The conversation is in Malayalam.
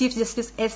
chief justice S